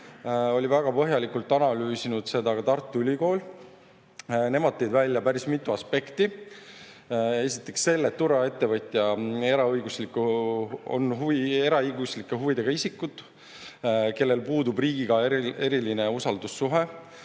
seda väga põhjalikult analüüsinud ka Tartu Ülikool. Nemad tõid välja päris mitu aspekti. Esiteks selle, et turvaettevõtjad on eraõiguslike huvidega isikud, kellel puudub riigiga eriline usaldussuhe